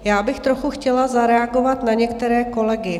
Já bych trochu chtěla zareagovat na některé kolegy.